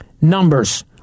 numbers